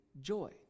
joy